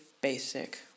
basic